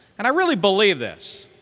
and i really believe this.